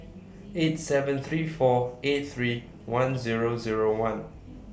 eight seven three four eight three one Zero Zero one